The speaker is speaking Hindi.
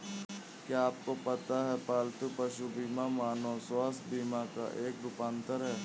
क्या आपको पता है पालतू पशु बीमा मानव स्वास्थ्य बीमा का एक रूपांतर है?